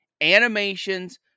animations